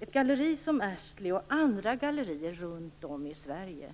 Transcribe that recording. Ett galleri som Astley, liksom andra gallerier runt om i Sverige